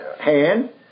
hand